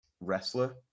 wrestler